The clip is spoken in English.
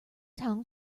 town